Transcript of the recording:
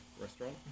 restaurant